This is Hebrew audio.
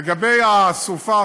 לגבי הסופה,